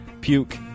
puke